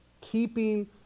keeping